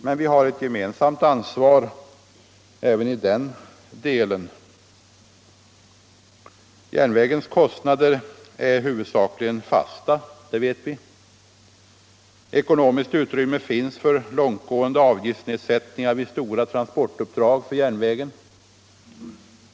Men vi har ett gemensamt ansvar även i fråga om detta. Järnvägens kostnader är huvudsakligen fasta. Ekonomiskt utrymme finns för långtgående avgiftsnedsättningar vid stora transportuppdrag för järnvägen.